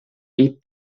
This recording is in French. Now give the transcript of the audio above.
est